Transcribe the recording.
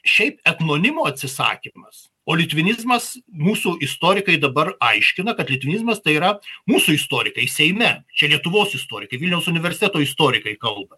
šiaip etnonimo atsisakymas o litvinizmas mūsų istorikai dabar aiškina kad litvinizmas tai yra mūsų istorikai seime čia lietuvos istorikai vilniaus universiteto istorikai kalba